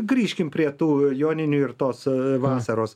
grįžkim prie tų joninių ir tos vasaros